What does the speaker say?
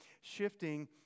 Shifting